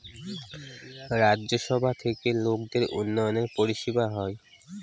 রাজ্য সভা থেকে লোকদের উন্নয়নের পরিষেবা হয়